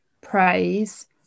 praise